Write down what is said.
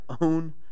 own